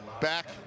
Back